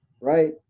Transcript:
right